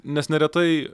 nes neretai